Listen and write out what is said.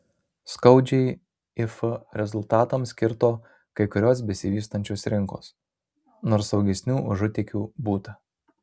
skaudžiai if rezultatams kirto kai kurios besivystančios rinkos nors saugesnių užutėkių būta